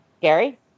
Gary